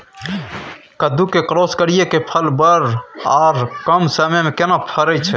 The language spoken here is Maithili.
कद्दू के क्रॉस करिये के फल बर आर कम समय में केना फरय छै?